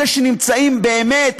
אלא שנמצאים באמת,